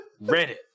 Reddit